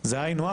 זה הא נוח,